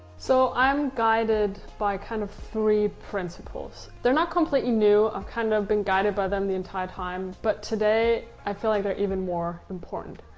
so, i'm guided by kind of three principles. they're not completely new, i've kind of been guided by them the entire time, but today i feel like they're even more important.